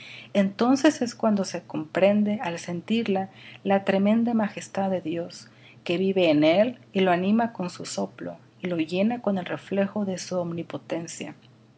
entonces es cuando se comprende al sentirla la tremenda majestad de dios que vive en él y lo anima con su soplo y lo llena con el reflejo de su omnipotencia